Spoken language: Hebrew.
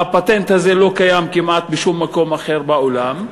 הפטנט הזה לא קיים כמעט בשום מקום אחר בעולם,